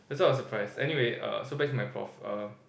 that's was surprise anyway uh so back to my prof uh